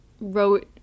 wrote